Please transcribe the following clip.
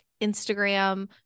Instagram